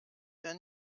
der